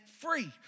free